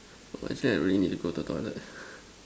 I swear I really need to go to the toilet